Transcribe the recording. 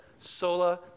sola